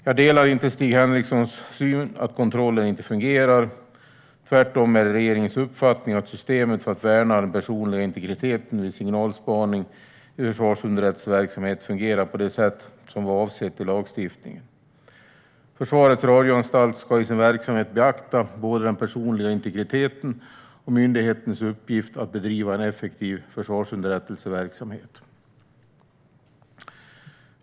Jag delar inte Stig Henrikssons syn att kontrollen inte fungerar. Tvärtom är det regeringens uppfattning att systemet för att värna den personliga integriteten vid signalspaning i försvarsunderrättelseverksamhet fungerar på det sätt som avsetts i lagstiftningen. Försvarets radioanstalt ska i sin verksamhet beakta både den personliga integriteten och myndighetens uppgift att bedriva en effektiv försvarsunderrättelseverksamhet.